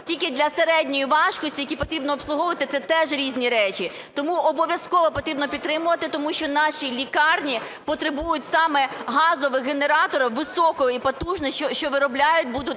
тільки для середньої важкості, які потрібно обслуговувати, – це теж різні речі. Тому обов'язково потрібно підтримувати, тому що наші лікарні потребують саме газових генераторів високої потужності, що будуть